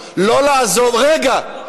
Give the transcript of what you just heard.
רגע,